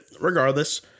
regardless